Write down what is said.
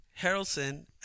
Harrelson